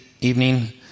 evening